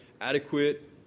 adequate